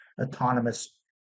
autonomous